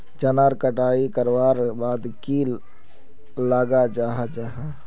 चनार कटाई करवार बाद की लगा जाहा जाहा?